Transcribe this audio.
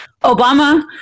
Obama